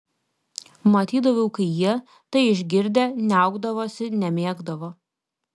matydavau kai jie tai išgirdę niaukdavosi nemėgdavo